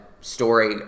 story